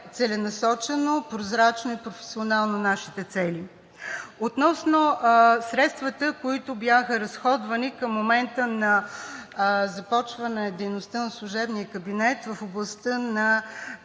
целенасочено, прозрачно и професионално нашите цели. Относно средствата, които бяха разходвани към момента на започване дейността на служебния кабинет в областта на